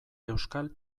euskal